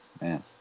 Man